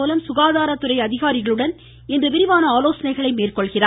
மூலம் சுகாதாரத்துறை அதிகாரிகளுடன் இன்று விரிவான ஆலோசனைகளை மேற்கொள்கிறார்